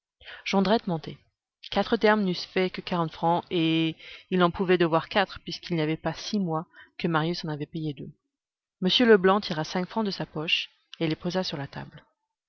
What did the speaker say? jondrette mentait quatre termes n'eussent fait que quarante francs et il n'en pouvait devoir quatre puisqu'il n'y avait pas six mois que marius en avait payé deux m leblanc tira cinq francs de sa poche et les posa sur la table